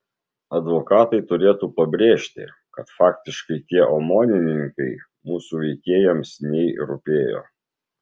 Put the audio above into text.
advokatai turėtų pabrėžti kad faktiškai tie omonininkai mūsų veikėjams nei rūpėjo